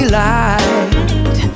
light